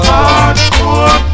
Hardcore